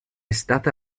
stata